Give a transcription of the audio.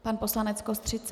Pan poslanec Kostřica.